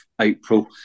April